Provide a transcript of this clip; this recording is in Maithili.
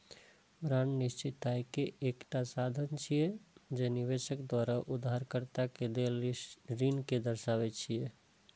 बांड निश्चित आय के एकटा साधन छियै, जे निवेशक द्वारा उधारकर्ता कें देल ऋण कें दर्शाबै छै